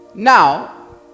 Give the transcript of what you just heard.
Now